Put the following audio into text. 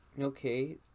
Okay